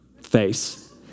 face